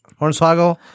Hornswoggle